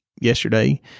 yesterday